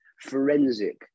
forensic